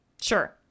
sure